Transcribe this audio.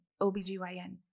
OBGYN